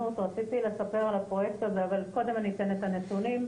על הפרויקט שהתחלנו אתו בלי תוכנית חומש,